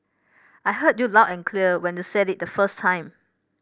I heard you loud and clear when you said it the first time